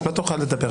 לא תורך לדבר עכשיו.